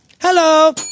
Hello